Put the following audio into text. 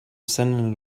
sending